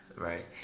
Right